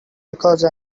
because